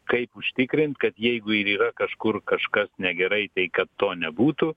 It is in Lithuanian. kaip užtikrint kad jeigu ir yra kažkur kažkas negerai tai kad to nebūtų